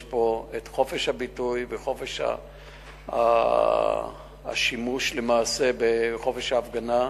יש פה חופש הביטוי וחופש השימוש למעשה בחופש ההפגנה,